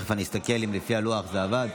אני אסתכל אם לפי הלוח זה עבד.